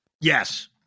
Yes